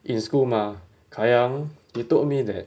in school mah kiam he told me that